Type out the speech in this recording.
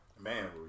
Man